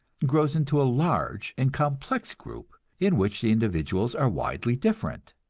grows into a large and complex group, in which the individuals are widely different,